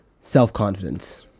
self-confidence